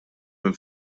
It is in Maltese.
minn